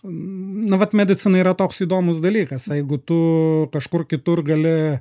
na vat medicina yra toks įdomus dalykas jeigu tu kažkur kitur gali